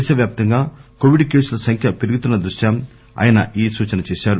దేశవ్యాప్తంగా కోవిడ్ కేసుల సంఖ్య పెరుగుతున్న దృష్ట్యా ఆయన ఈ సూచన చేశారు